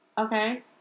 Okay